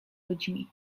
ludźmi